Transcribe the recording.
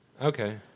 Okay